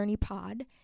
Pod